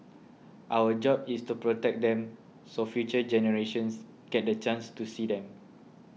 our job is to protect them so future generations get the chance to see them